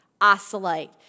Isolate